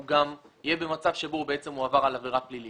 הוא גם יהיה במצב שבו הוא בעצם עבר עבירה פלילית.